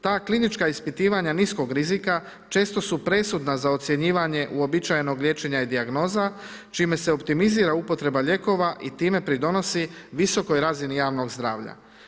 Ta klinička ispitivanja niskog rizika često su presudna za ocjenjivanje uobičajenog liječenja i dijagnoza čime se optimizira upotreba lijekova i time pridonosi visokoj razini javnog zdravlja.